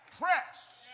Press